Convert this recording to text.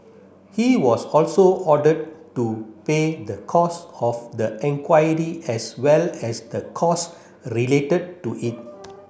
he was also ordered to pay the costs of the inquiry as well as the costs related to it